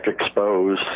expose